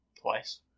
Twice